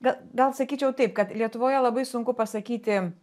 ga gal sakyčiau taip kad lietuvoje labai sunku pasakyti